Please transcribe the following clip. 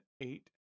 eight